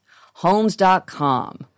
Homes.com